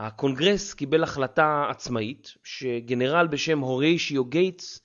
הקונגרס קיבל החלטה עצמאית שגנרל בשם הוריישיו גייטס